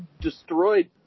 destroyed